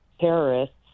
terrorists